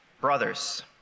Brothers